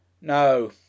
No